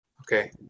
Okay